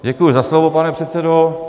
Děkuji za slovo, pane předsedo.